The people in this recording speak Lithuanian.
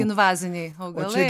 invaziniai augalai